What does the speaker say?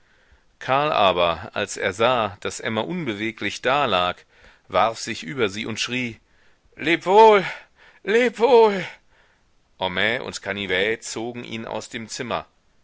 karl aber als er sah daß emma unbeweglich dalag warf sich über sie und schrie lebwohl lebwohl homais und canivet zogen ihn aus dem zimmer